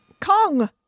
Kong